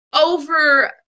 over